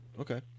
Okay